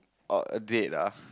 oh a date ah